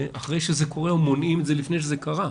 אחרי שזה קורה או מונעים את זה לפני שזה קרה.